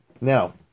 Now